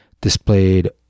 displayed